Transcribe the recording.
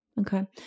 Okay